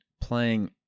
playing